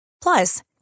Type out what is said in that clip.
Plus